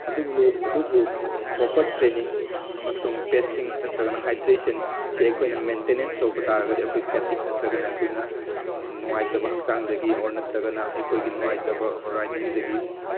ꯑꯗꯨꯕꯨ proper training ꯑꯃꯁꯨꯡ ꯄꯦꯠꯁꯤꯡ ꯅꯠꯇ꯭ꯔꯒꯅ ꯍꯥꯏꯗ꯭ꯔꯦꯁꯟ ꯁꯤ ꯑꯩꯈꯣꯏꯅ ꯃꯦꯟꯇꯦꯅꯦꯟꯁ ꯇꯧꯕ ꯇꯥꯔꯒꯗꯤ ꯑꯩꯈꯣꯏ ꯐꯦꯇꯤꯛ ꯅꯠꯇ꯭ꯔꯒꯅ ꯑꯩꯈꯣꯏꯅ ꯅꯨꯡꯉꯥꯏꯇꯕ ꯍꯛꯆꯥꯡꯗꯒꯤ ꯑꯣꯔ ꯅꯠꯇ꯭ꯔꯒꯅ ꯑꯩꯈꯣꯏꯒꯤ ꯅꯨꯡꯉꯥꯏꯇꯕ ꯔꯥꯏꯗꯤꯡꯗꯒꯤ